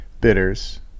Bitters